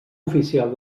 oficial